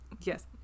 yes